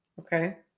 Okay